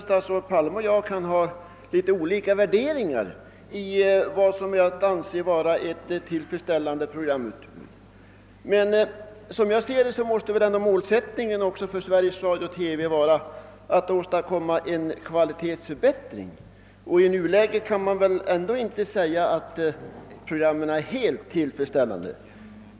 Statsrådet Palme och jag kan naturligtvis ha litet olika värderingar beträffande vad som bör anses vara ett tillfredsställande program, men som jag ser det måste väl målsättningen också för Sveriges Radio och television vara att åstadkomma en kvalitetsförbättring. I nuläget kan programmen ändå inte sägas vara helt tillfredsställande.